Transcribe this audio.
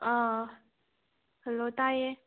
ꯑꯥ hello ꯇꯥꯏꯑꯦ